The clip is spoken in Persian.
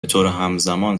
بطورهمزمان